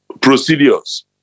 procedures